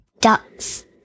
ducks